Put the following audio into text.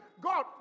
God